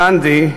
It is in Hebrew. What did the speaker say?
גנדי,